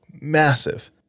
massive